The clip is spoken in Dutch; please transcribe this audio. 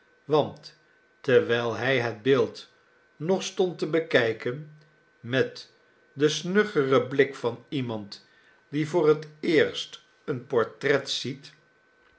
want terwijl hij het beeld nog stond te bekijken met den snuggeren blik van iemand die voor het eerst een portret ziet